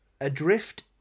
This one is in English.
Adrift